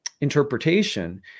interpretation